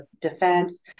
defense